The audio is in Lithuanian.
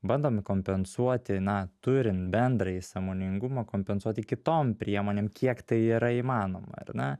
bandom kompensuoti na turint bendrąjį sąmoningumą kompensuoti kitom priemonėm kiek tai yra įmanoma ar ne